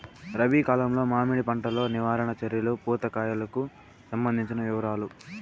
రబి కాలంలో మామిడి పంట లో నివారణ చర్యలు పూత కాయలకు సంబంధించిన వివరాలు?